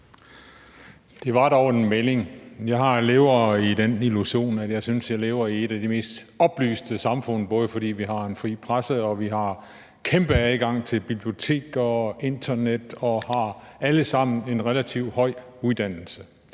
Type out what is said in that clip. Det var dog en melding. Jeg lever i den illusion, at jeg synes, jeg lever i et af de mest oplyste samfund, både fordi vi har en fri presse og vi i høj grad har adgang til biblioteker og internet og har alle sammen en relativt høj uddannelse.